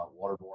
waterborne